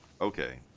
Okay